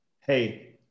hey